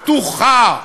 פתוחה.